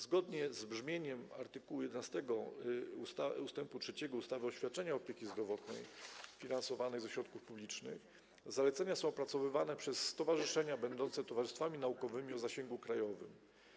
Zgodnie z brzmieniem art. 11 ust. 3 ustawy o świadczeniach opieki zdrowotnej finansowanych ze środków publicznych zalecenia są opracowywane przez stowarzyszenia będące towarzystwami naukowymi o zasięgu krajowym.